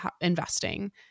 investing